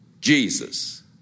Jesus